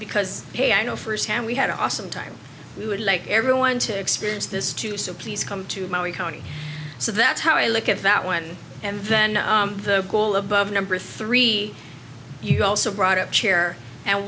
because hey i know firsthand we had an awesome time we would like everyone to experience this too so please come to maui county so that's how i look at that one and then the goal of number three you also brought up chair and